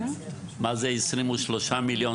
מהם 23 מיליון